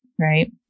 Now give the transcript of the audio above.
Right